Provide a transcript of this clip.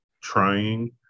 trying